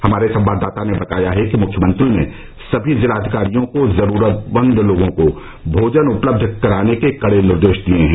हमारे संवाददाता ने बताया है कि मुख्यमंत्री ने सभी जिला अधिकारियों को जरूरतमंद लोगों को भोजन उपलब्ध कराने के कड़े निर्देश दिये हैं